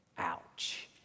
Ouch